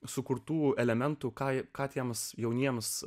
sukurtų elementų ką ką tiems jauniems